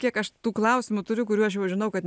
kiek aš tų klausimų turiu kurių aš jau žinau kad